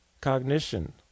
cognition